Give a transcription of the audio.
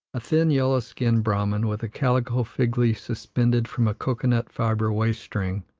a thin, yellow-skinned brahman, with a calico fig-leaf suspended from a cocoa-nut-fibre waist-string,